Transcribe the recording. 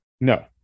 No